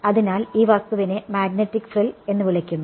അതിനാൽ ഈ വസ്തുവിനെ മാഗ്നെറ്റിക് ഫ്രിൽ എന്ന് വിളിക്കുന്നു